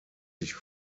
sich